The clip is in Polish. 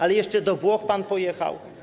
Ale jeszcze do Włoch pan pojechał?